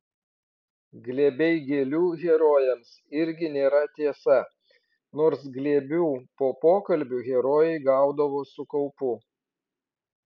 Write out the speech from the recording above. glėbiai gėlių herojams irgi nėra tiesa nors glėbių po pokalbių herojai gaudavo su kaupu